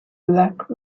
black